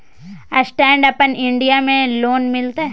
Stand up India में loan मिलते?